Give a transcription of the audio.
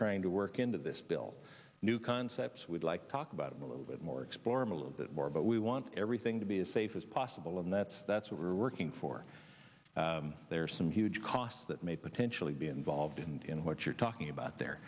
trying to work into this bill new concepts we'd like to talk about him a little bit more explore him a little bit more but we want everything to be as safe as possible and that's that's what we're working for there are some huge costs that may potentially be involved in what you're talking about there